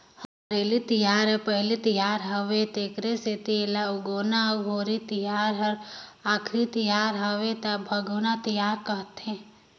हरेली तिहार हर पहिली तिहार हवे तेखर सेंथी एला उगोना अउ होरी तिहार हर आखरी तिहर हवे त भागोना तिहार कहथें